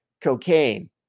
cocaine